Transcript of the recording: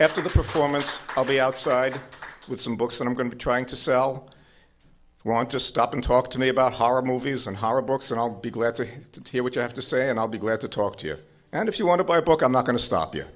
after the performance i'll be outside with some books i'm going to trying to sell you want to stop and talk to me about horror movies and horror books and i'll be glad to hear what you have to say and i'll be glad to talk to you and if you want to buy a book i'm not going to stop you